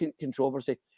controversy